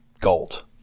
gold